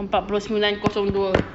empat puluh sembilan kosong dua